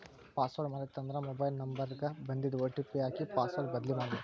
password ಮರೇತಂದ್ರ mobile number ಗ ಬನ್ದಿದ್ ಒ.ಟಿ.ಪಿ ಹಾಕಿ ಪಾಸ್ವರ್ಡ್ ಬದ್ಲಿಮಾಡ್ಬೊದು